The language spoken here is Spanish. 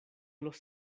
los